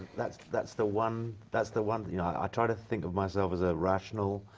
that's that's the one, that's the one, you know, i try to think of myself as a rational,